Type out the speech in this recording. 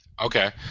Okay